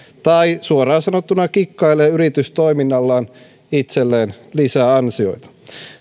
tai suoraan sanottuna kikkailee yritystoiminallaan itselleen lisäansioita